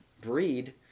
breed